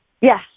Yes